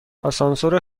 آسانسور